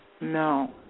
No